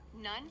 None